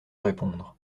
répondre